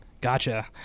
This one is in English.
Gotcha